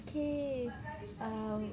okay uh